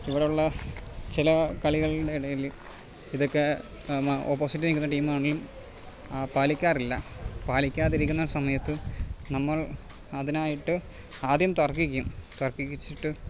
ഇവിടുള്ള ചില കളികളുടെ ഇടയില് ഇതൊക്കെ ഓപ്പോസിറ്റ് നിൽക്കുന്ന ടീമാണെലും പാലിക്കാറില്ല പാലിക്കാതിരിക്കുന്ന സമയത്ത് നമ്മൾ അതിനായിട്ട് ആദ്യം തർക്കിക്കും തർക്കിച്ചിട്ട്